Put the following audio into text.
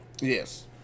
Yes